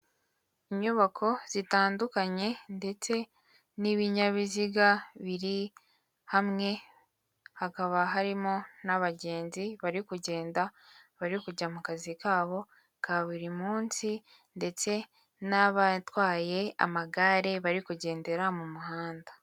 Inyubako zitandukanye ndetse n'ibinyabiziga biri hamwe hakaba harimo n'abagenzi bari kugenda, bari kujya mu kazi kabo ka buri munsi ndetse n'abatwaye amagare bari kugendera mu muhanda.